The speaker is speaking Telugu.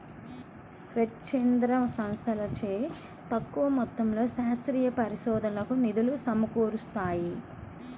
స్వచ్ఛంద సంస్థలచే తక్కువ మొత్తంలో శాస్త్రీయ పరిశోధనకు నిధులు సమకూరుతాయి